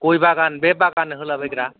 गय बागान बे बागान होलाबायग्रा